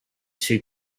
two